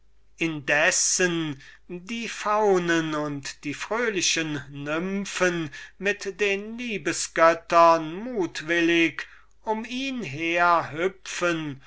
indes die faunen und die fröhlichen nymphen mit den liebes-göttern mutwillig um ihn her hüpfen